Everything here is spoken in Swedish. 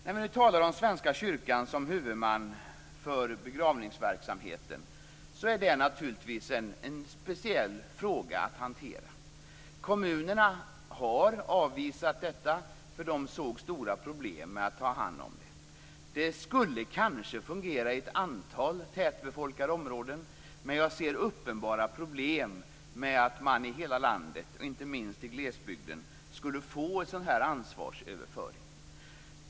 Nu talar vi om Svenska kyrkan som huvudman för begravningsverksamheten. Det är naturligtvis en speciell fråga att hantera. Kommunerna har avvisat detta ansvar, eftersom de såg stora problem med att ta hand om det. Det skulle kanske fungera i ett antal tätbefolkade områden, men jag ser uppenbara problem med att man i hela landet, och inte minst i glesbygden, skulle få en sådan här ansvarsöverföring.